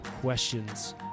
questions